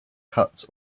cuts